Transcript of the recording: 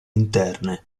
interne